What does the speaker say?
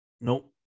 nope